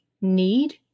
need